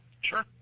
Sure